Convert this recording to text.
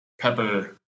pepper